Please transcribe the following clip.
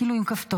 כאילו עם כפתור.